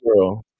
girl